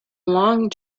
long